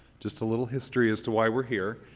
just a little history as to why we're here.